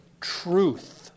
truth